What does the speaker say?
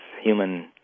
human